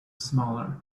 smaller